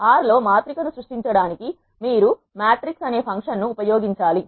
R లో మాత్రిక ను సృష్టించడానికి మీరు మ్యాట్రిక్స్ అనే ఫంక్షన్ ను ఉపయోగించాలి